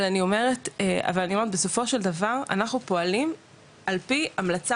אבל אני אומרת שבסופו של דבר אנחנו פועלים על פי המלצה